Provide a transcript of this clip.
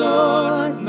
Lord